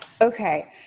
Okay